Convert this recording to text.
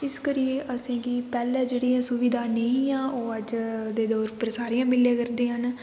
इस करियै असेंगी पैह्लें जेह्डियां सुविधां नेईं मिलदी ही ओह् अज्ज दे दौर पर सारी मिलै करदियां न